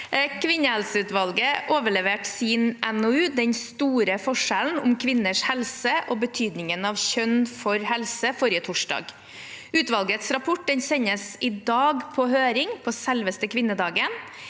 Kvinnehelseutvalget overleverte sin NOU, «Den store forskjellen – Om kvinners helse og betydningen av kjønn for helse», forrige torsdag. Utvalgets rapport sendes i dag på høring – på selveste kvinnedagen.